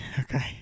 okay